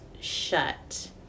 shut